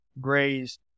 grazed